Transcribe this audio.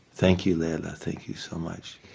thank you leah'le, thank you so much.